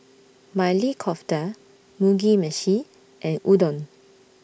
Maili Kofta Mugi Meshi and Udon